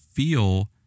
feel